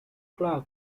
clark